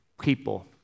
people